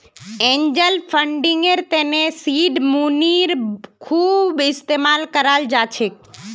angel फंडिंगर तने seed मनीर खूब इस्तमाल कराल जा छेक